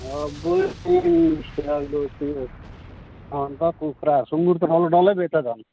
सेलरोटी अन्त कुखुरा सुँगुर त डल्लै डल्लै बेच्छ झन्